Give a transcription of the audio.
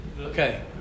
Okay